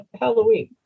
Halloween